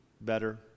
better